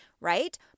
right